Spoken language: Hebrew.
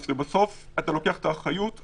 על הנושא של עובדים סוציאליים והכול,